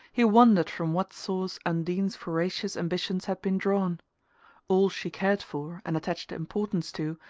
he wondered from what source undine's voracious ambitions had been drawn all she cared for, and attached importance to,